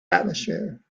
atmosphere